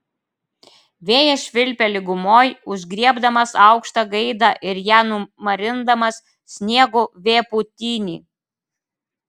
vėjas švilpia lygumoj užgriebdamas aukštą gaidą ir ją numarindamas sniego vėpūtiny